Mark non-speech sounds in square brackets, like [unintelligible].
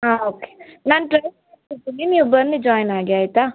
ಹಾಂ ಒಕೆ ನಾನ್ ಕಳ್ಸ್ [unintelligible] ನೀವು ಬನ್ನಿ ಜಾಯಿನಾಗಿ ಆಯಿತಾ